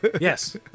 Yes